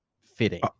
fitting